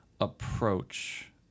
approach